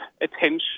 attention